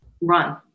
run